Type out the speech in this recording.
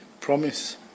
promise